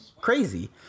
crazy